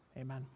amen